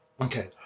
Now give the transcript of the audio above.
Okay